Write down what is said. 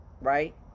right